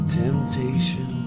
temptation